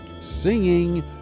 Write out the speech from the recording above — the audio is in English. singing